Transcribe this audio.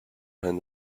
end